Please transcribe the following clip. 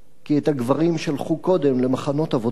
כי את הגברים שלחו קודם למחנות עבודה,